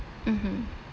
mmhmm